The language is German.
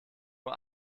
uhr